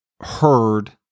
heard